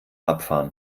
abfahren